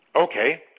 Okay